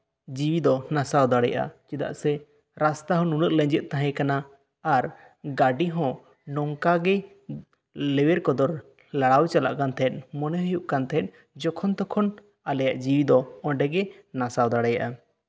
ᱡᱤᱣᱤ ᱫᱚ ᱱᱟᱥᱟᱣ ᱫᱟᱲᱮᱭᱟᱜᱼᱟ ᱪᱮᱫᱟᱜ ᱥᱮ ᱨᱟᱥᱛᱟ ᱦᱚᱸ ᱱᱩᱱᱟᱹᱜ ᱞᱮᱸᱡᱮᱫ ᱛᱟᱦᱮᱸ ᱠᱟᱱᱟ ᱟᱨ ᱜᱟᱹᱰᱤ ᱦᱚᱸ ᱱᱚᱝᱠᱟᱜᱮ ᱞᱮᱣᱮᱨ ᱠᱚᱫᱚᱨ ᱞᱟᱲᱟᱣ ᱪᱟᱞᱟᱜ ᱠᱟᱱ ᱛᱟᱦᱮᱸᱫ ᱢᱚᱱᱮ ᱦᱩᱭᱩᱜ ᱠᱟᱱ ᱛᱟᱦᱮᱸᱫ ᱡᱚᱠᱷᱚᱱᱼᱛᱚᱠᱷᱚᱱ ᱟᱞᱮᱭᱟᱜ ᱡᱤᱣᱤ ᱫᱚ ᱚᱸᱰᱮ ᱜᱮ ᱱᱟᱥᱟᱣ ᱫᱟᱲᱮᱭᱟᱜᱼᱟ